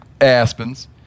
aspens